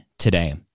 Today